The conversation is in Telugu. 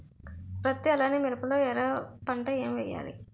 పత్తి అలానే మిరప లో ఎర పంట ఏం వేయాలి?